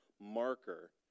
marker